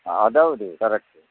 ಅದು ಹೌದು ಕರಕ್ಟು